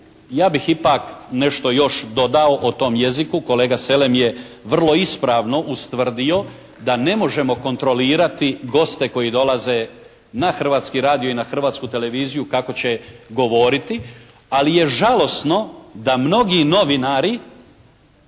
Ja bih ipak nešto još dodao o tom jeziku. Kolega Selem je vrlo ispravno ustvrdio da ne možemo kontrolirati goste koji dolaze na Hrvatski radio i na Hrvatsku televiziju kako će govoriti, ali je žalosno da mnogi novinari,